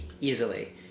easily